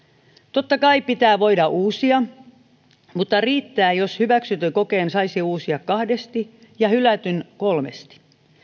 totta kai pitää voida uusia mutta riittää jos hyväksytyn kokeen saisi uusia kahdesti ja hylätyn kolmesti